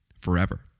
forever